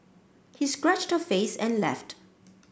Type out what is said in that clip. he scratched her face and left